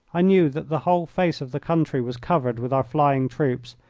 i knew that the whole face of the country was covered with our flying troops,